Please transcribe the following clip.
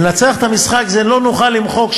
ולנצח במשחק זה לא שנוכל למחוק,